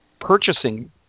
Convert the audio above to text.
purchasing